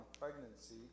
Pregnancy